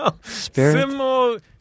Spirit